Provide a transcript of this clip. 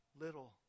little